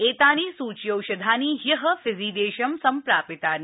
एतानि सूच्यौषधानि ह्यः फिजीदेशं सम्प्रापितानि